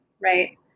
right